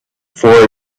for